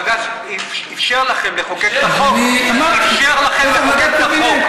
בג"ץ אפשר לכם, אז אני אמרתי, יש החלטת קבינט.